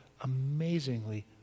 amazingly